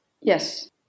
yes